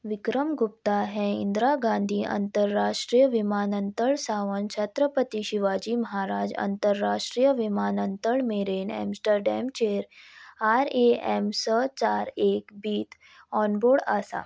विक्रम गुप्ता हें इंदिरा गांधी आंतरराष्ट्रीय विमानततळ सावन छत्रपती शिवाजी महाराज आंतरराष्ट्रीय विमानततळ मेरेन ऍम्स्टरडॅमचेर आर ए एम स चार एक बीत ऑनबोड आसा